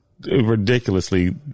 ridiculously